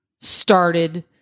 started